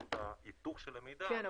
באמצעות של היתוך של המידע --- כן,